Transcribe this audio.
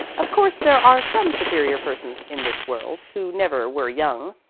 of course there are some superior persons in this world who never were young.